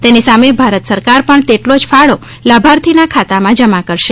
તેની સામે ભારત સરકાર પણ તેટલો જ ફાળો લાભાર્થીના ખાતામાં જમા કરશે